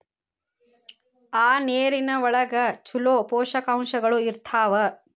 ಆ ನೇರಿನ ಒಳಗ ಚುಲೋ ಪೋಷಕಾಂಶಗಳು ಇರ್ತಾವ